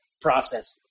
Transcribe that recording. process